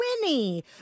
Winnie